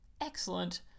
excellent